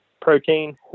protein